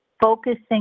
focusing